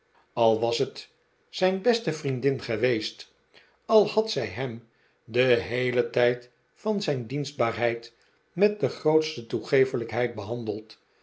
al was het zijn beste vriendin geweest al had zij hem den heelen tijd van zijn dienstbaarheid met de grootste toegeeflijkheid behandeld